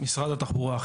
משרד התחבורה.